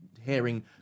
hearing